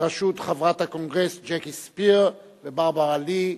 בראשות חברת הקונגרס ג'קי ספיר וברברה לי.